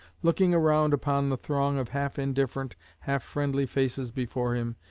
looking around upon the throng of half-indifferent, half-friendly faces before him,